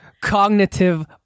Cognitive